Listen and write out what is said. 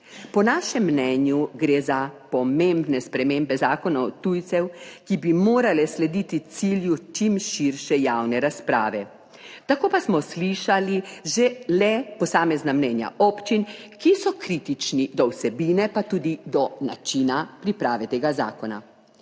Po našem mnenju gre za pomembne spremembe Zakona od tujcih, ki bi morale slediti cilju čim širše javne razprave, tako pa smo slišali že le posamezna mnenja občin, ki so kritični do vsebine, pa tudi do načina priprave tega zakona.